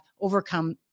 overcome